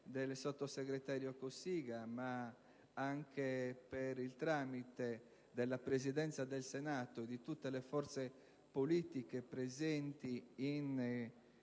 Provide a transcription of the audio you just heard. del sottosegretario Cossiga, ma anche per il tramite della Presidenza del Senato e di tutte le forze politiche presenti in questo